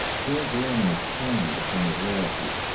george lynn was torn between his loyalties.